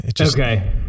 Okay